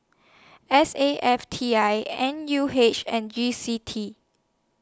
S A F T I N U H and G C E